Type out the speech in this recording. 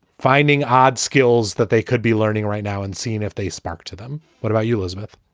finding odd skills that they could be learning right now and seeing if they spoke to them. what about you, elizabeth?